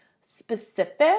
specific